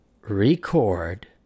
record